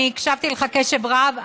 אני הקשבתי לך בקשב רב,